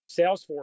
Salesforce